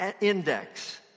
Index